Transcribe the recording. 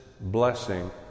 blessing